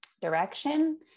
direction